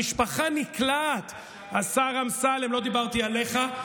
המשפחה נקלעת, השר אמסלם, לא דיברתי עליך.